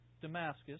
Damascus